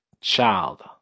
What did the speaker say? child